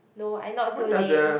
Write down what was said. no I not so lame